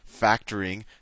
factoring